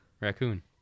raccoon